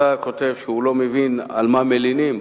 השר כותב שהוא לא מבין על מה מלינים,